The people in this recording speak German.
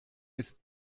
ist